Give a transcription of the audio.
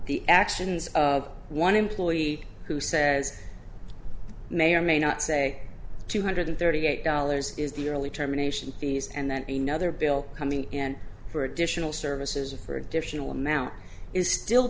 the actions of one employee who says may or may not say two hundred thirty eight dollars is the early terminations fees and then a nother bill coming in for additional services a for additional amount is still